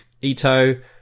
Ito